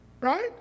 right